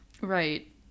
right